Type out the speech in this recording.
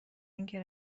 اینکه